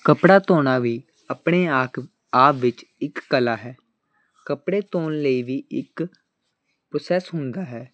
ਕੱਪੜਾ ਧੋਣਾ ਵੀ ਆਪਣੇ ਆਕ ਆਪ ਵਿੱਚ ਇੱਕ ਕਲਾ ਹੈ ਕੱਪੜੇ ਧੋਣ ਲਈ ਵੀ ਇੱਕ ਪ੍ਰੋਸੈਸ ਹੁੰਦਾ ਹੈ